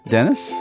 Dennis